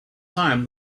time